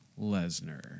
Lesnar